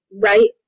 right